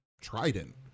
Trident